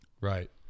Right